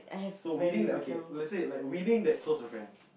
so within that okay let's say like within that closer friends